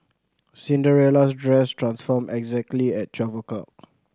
Cinderella's dress transformed exactly at twelve o'clock